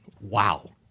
wow